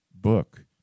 Book